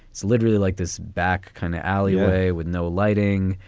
it's literally like this back kind of alleyway with no lighting.